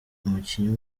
umukinnyi